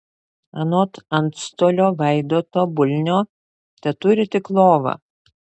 anot antstolio vaidoto bulnio teturi tik lovą